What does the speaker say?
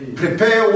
prepare